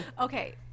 okay